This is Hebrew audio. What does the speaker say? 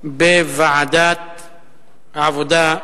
בוועדת העבודה,